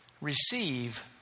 Receive